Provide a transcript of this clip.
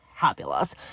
fabulous